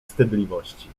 wstydliwości